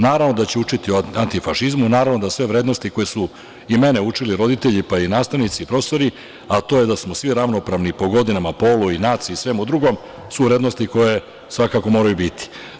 Naravno da će učiti o antifašizmu, naravno da sve vrednosti koje su i mene učili roditelji, pa i nastavnici i profesori, a to je da smo svi ravnopravni po godinama, polu i naciji i svemu drugom su vrednosti koje svakako moraju biti.